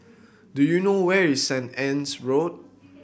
do you know where is Saint Anne's Road